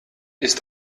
ist